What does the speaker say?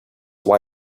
why